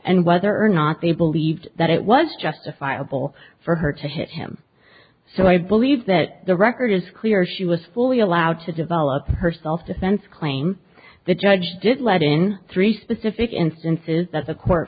and whether or not they believed that it was justifiable for her to hit him so i believe that the record is clear she was fully allowed to develop her self defense claim the judge did let in three specific instances that the court